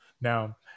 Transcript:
now